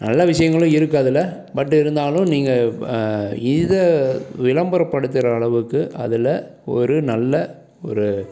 நல்ல விஷயங்களும் இருக்கு அதில் பட் இருந்தாலும் நீங்கள் இதை விளம்பரப்படுத்துகிற அளவுக்கு அதில் ஒரு நல்ல ஒரு